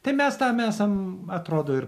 tai mes tam esam atrodo ir